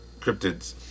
cryptids